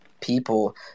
people